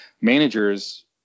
Managers